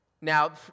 Now